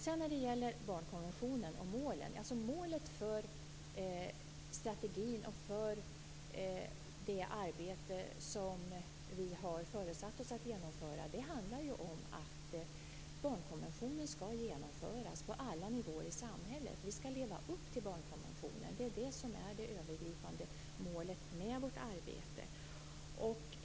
När det sedan gäller barnkonventionen och målen, handlar målet för strategin och för det arbete som vi har föresatt oss att utföra om att barnkonventionen skall genomföras på alla nivåer i samhället. Vi skall leva upp till barnkonventionen. Det är det övergripande målet för vårt arbete.